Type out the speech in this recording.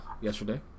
yesterday